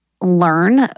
learn